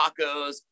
tacos